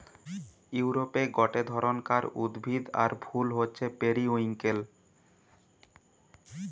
ইউরোপে গটে ধরণকার উদ্ভিদ আর ফুল হচ্ছে পেরিউইঙ্কেল